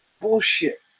bullshit